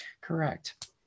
correct